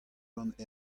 gant